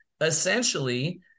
essentially